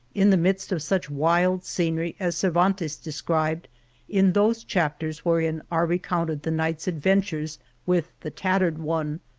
in the midst of such wild scenery as cervantes described in those chapters wherein are recounted the knight's adventures with the tattered one,